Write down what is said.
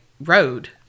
road